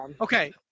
okay